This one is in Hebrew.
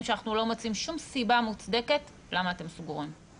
שאנחנו לא מוצאים שום סיבה מוצדקת למה אתם סגורים.